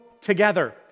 together